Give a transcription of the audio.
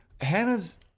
Hannah's